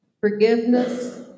forgiveness